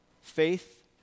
faith